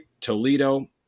Toledo